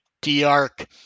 D-Arc